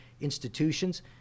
institutions